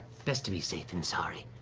best to be safe than sorry.